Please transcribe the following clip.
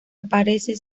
aparece